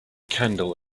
candle